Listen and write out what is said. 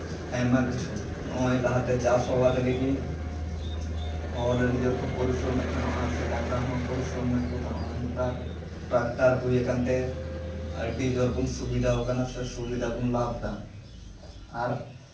ᱟᱭᱢᱟ ᱠᱤᱪᱷᱩ ᱱᱚᱜᱼᱚᱭ ᱪᱟᱥᱼᱟᱵᱟᱫ ᱞᱟᱹᱜᱤᱫ ᱦᱚᱲ ᱟᱹᱰᱤ ᱡᱳᱨ ᱠᱚ ᱯᱚᱨᱤᱥᱨᱚᱢᱮᱜ ᱛᱟᱦᱮᱱᱟ ᱥᱮ ᱰᱟᱝᱨᱟ ᱦᱚᱸ ᱯᱚᱨᱤᱥᱨᱚᱢᱮᱜ ᱠᱚ ᱛᱟᱦᱮᱱᱟ ᱱᱮᱛᱟᱨ ᱴᱨᱟᱠᱴᱟᱨ ᱦᱩᱭ ᱟᱠᱟᱱ ᱛᱮ ᱟᱹᱰᱤ ᱡᱳᱨ ᱵᱚᱱ ᱥᱩᱵᱤᱫᱷᱟ ᱠᱟᱱᱟ ᱥᱮ ᱥᱩᱵᱤᱫᱷᱟ ᱵᱚᱱ ᱞᱟᱵᱷ ᱫᱟ